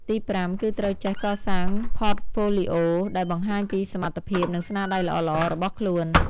ទីប្រាំ គឺត្រូវចេះ កសាង Portfolio ដែលបង្ហាញពីសមត្ថភាព និងស្នាដៃល្អៗរបស់ខ្លួន។